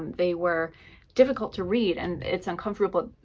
they were difficult to read and it's uncomfortable,